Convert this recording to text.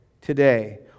today